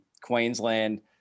Queensland